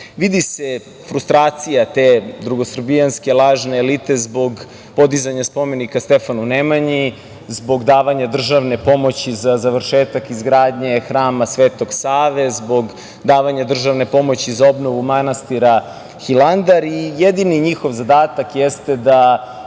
se frustracija te drugosrbijanske lažne elite zbog podizanja spomenika Stefanu Nemanji, zbog davanja državne pomoći za završetak izgradnje Hrama Svetog Save, zbog davanja državne pomoći za obnovu manastira Hilandar. Jedini njihov zadatak jeste da